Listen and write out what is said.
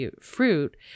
fruit